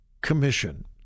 Commission